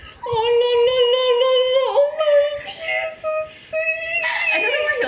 oh no no no no no oh my 天 so sweet